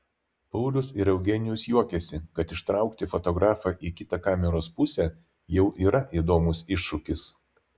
paulius ir eugenijus juokiasi kad ištraukti fotografą į kitą kameros pusę jau yra įdomus iššūkis